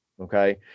Okay